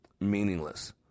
meaningless